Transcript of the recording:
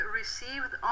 received